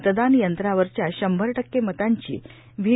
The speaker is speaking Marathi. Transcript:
मतदानयंत्रांवरच्या शंभर टक्के मतांची व्ही